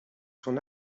son